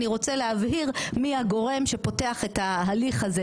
אני רוצה להבהיר מי הגורם שפותח את ההליך הזה,